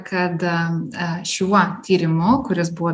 kada šiuo tyrimu kuris buvo